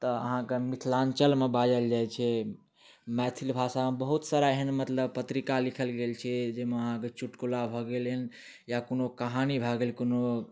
तऽ अहाँकऽ मिथलाञ्चलमे बाजल जाइत छै मैथलीभाषामे बहुत सरा एहन मतलब पत्रिका लिखल गेल छियै जाहिमे अहाँकऽ चुटकुला भऽ गेल या कोनो कहानी भए गेल कोनो